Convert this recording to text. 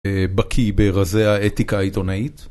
בקיא ברזי האתיקה העיתונאית